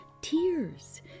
tears